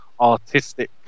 artistic